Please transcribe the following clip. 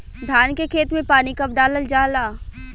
धान के खेत मे पानी कब डालल जा ला?